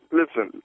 listen